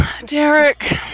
Derek